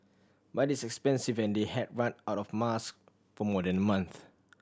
but it is expensive and they had run out of mask for more than a month